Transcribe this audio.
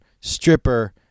stripper